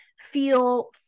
feel